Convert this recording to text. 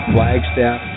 Flagstaff